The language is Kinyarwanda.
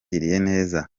neza